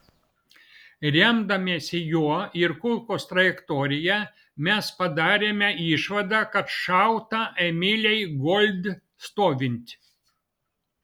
remdamiesi juo ir kulkos trajektorija mes padarėme išvadą kad šauta emilei gold stovint